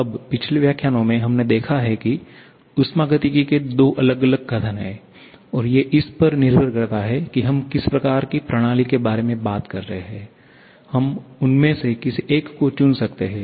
अब पिछले व्याख्यानों में हमने देखा है कि उष्मागतिकी के दो अलग अलग कथन हैं और ये इस पर निर्भर करता है कि हम किस प्रकार की प्रणाली के बारे में बात कर रहे हैं हम उनमें से किसी एक को चुन सकते हैं